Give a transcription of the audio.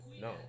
No